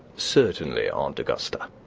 certainly, aunt augusta.